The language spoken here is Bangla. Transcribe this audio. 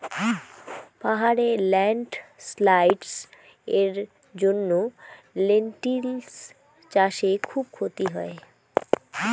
পাহাড়ে ল্যান্ডস্লাইডস্ এর জন্য লেনটিল্স চাষে খুব ক্ষতি হয়